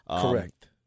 Correct